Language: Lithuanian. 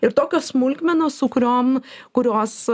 ir tokios smulkmenos su kuriom kurios